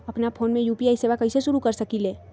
अपना फ़ोन मे यू.पी.आई सेवा कईसे शुरू कर सकीले?